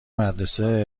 مدرسه